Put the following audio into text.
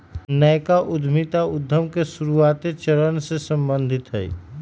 नयका उद्यमिता उद्यम के शुरुआते चरण से सम्बंधित हइ